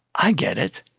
i get it,